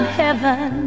heaven